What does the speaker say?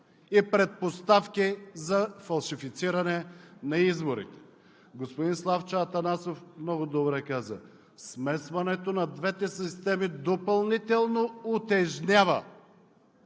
и предпоставки за фалшифициране на изборите. Господин Славчо Атанасов много добре каза: смесването на двете системи допълнително утежнява